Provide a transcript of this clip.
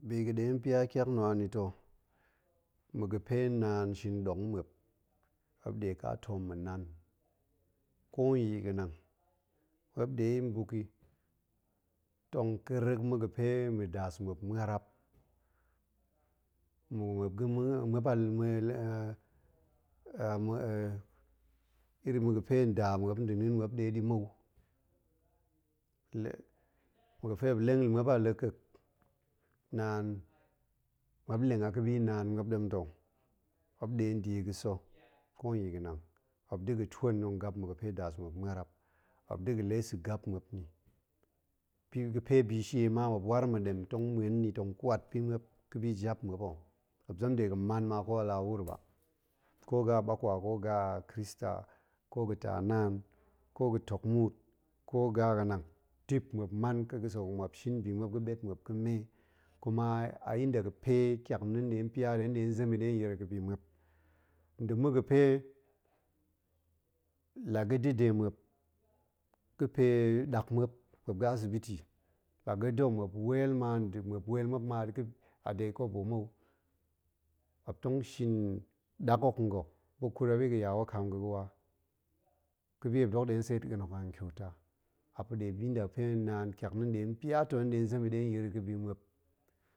Bi ga̱ ɗe nong pyatyak na̱ an. ta̱ ma̱ ga̱pe nɗe ka toom pa̱ nan, ko nyii ga̱nang, muop nɗe mbek yi tong kerek ma̱ ga̱pe ma̱daas muop muarap iri ma̱ ga̱e nda muop nda na̱a̱n muop nɗeɗi mou, ma̱ ga̱fe muopleng lu muop a la̱ kek naan, muop nleng a ga̱bi naan muop ɗem ta, muop nɗe nong da̱ yi ga̱sa̱ ko yii ga̱nang, muop da̱ga̱ twen tong gap ma̱ ga̱pe daas muop muarap, muop da̱ ga̱ lee sa̱ ga̱p muop nni, bi ga̱pe bishie ma muop waar ma̱ɗem tong muen nni tong kwat bi muop, ga̱bi jap muop ho, muop zem degen man ma ko a laa wuro ba, ko ga̱ a bakwa koga̱ a krista, ko ga̱taa naan ko ga̱tok muut, ko ga̱ a ga̱nang dip muop man kek ga̱sek hok muop shin bi muop ga̱ɓet muop ga̱me, kuma a inda ga̱fe tyak na̱ nɗe nong pya ta̱, hen nɗe zem yi ɗe hen yir yi ga̱bi muop, nda̱ ma̱ ga̱pe la ga̱bi de muop, ga̱pe ɗak muop, muop ga asibiti, la ga̱da̱ muop weel ma dip weel muop ma a de kobo mou, muop tong shin ɗak hok nga̱ buk kut muop yi ga̱ ya wakaam ga̱ ga̱wa, ga̱bi muop dok nɗe nong tseet a̱en hok a kivta, a pa̱ ɗe inda ga̱pe naan tyak na̱ nɗe tong pya ta̱ hen nɗe nong zem yiɗe tong pya ta̱ hen nɗe nong zem yi ɗe hen yir yi aabi muop.